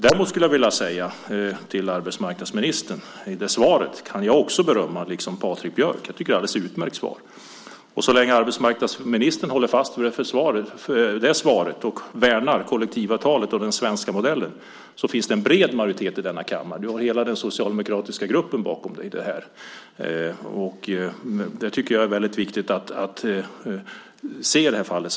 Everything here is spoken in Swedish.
Däremot skulle jag liksom Patrik Björck vilja berömma arbetsmarknadsministerns svar. Jag tycker att det är ett alldeles utmärkt svar. Så länge arbetsmarknadsministern håller fast vid det och värnar kollektivavtalet och den svenska modellen finns det en bred majoritet i denna kammare. Du har hela den socialdemokratiska gruppen bakom dig i detta. Det tycker jag är väldigt viktigt att se i det här fallet.